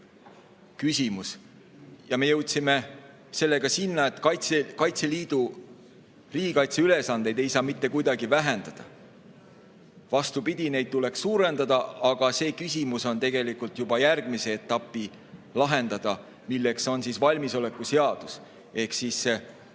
küsimus. Me jõudsime sellega sinnani, et Kaitseliidu riigikaitse ülesandeid ei saa mitte kuidagi vähendada. Vastupidi, neid tuleks suurendada. Aga see küsimus on tegelikult juba järgmise etapi lahendada. Järgmine etapp on valmisolekuseadus. Käesoleva